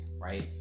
right